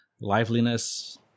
liveliness